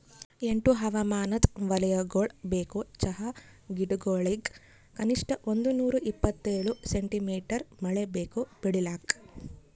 ಎಂಟು ಹವಾಮಾನದ್ ವಲಯಗೊಳ್ ಬೇಕು ಚಹಾ ಗಿಡಗೊಳಿಗ್ ಕನಿಷ್ಠ ಒಂದುನೂರ ಇಪ್ಪತ್ತೇಳು ಸೆಂಟಿಮೀಟರ್ ಮಳೆ ಬೇಕು ಬೆಳಿಲಾಕ್